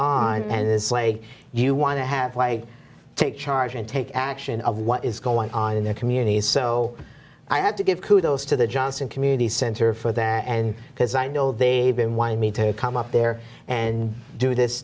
on and this way you want to have way take charge and take action of what is going on in their communities so i had to give kudos to the johnson community center for that and because i know they've been wanting me to come up there and do this